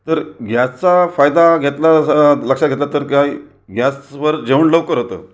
तर गॅसचा फायदा घेतला लक्षात घेतला तर काही गॅसवर जेवण लवकर होतं